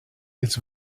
its